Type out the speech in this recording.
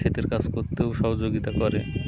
ক্ষেতের কাজ করতেও সহযোগিতা করে